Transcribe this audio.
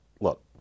Look